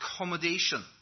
accommodation